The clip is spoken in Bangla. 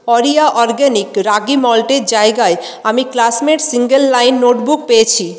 আরিয়া অরগ্যানিক রাগি মল্টের জায়গায় আমি ক্লাসমেট সিঙ্গেল লাইন নোটবুক পেয়েছি